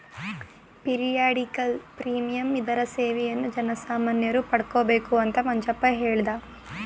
periodical premium ಇದರ ಸೇವೆಯನ್ನು ಜನಸಾಮಾನ್ಯರು ಪಡಕೊಬೇಕು ಅಂತ ಮಂಜಪ್ಪ ಹೇಳ್ದ